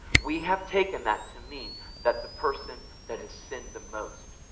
we have taken that to mean that the person that has sinned the most